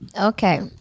Okay